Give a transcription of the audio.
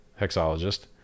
hexologist